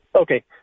Okay